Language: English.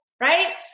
right